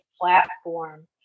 platform